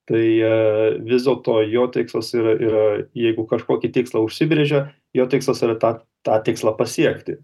tai jie vis dėl to jo tikslas yra yra jeigu kažkokį tikslą užsibrėžė jo tikslas yra tą tą tikslą pasiekti